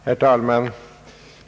Herr talman!